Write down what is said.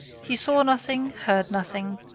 he saw nothing, heard nothing.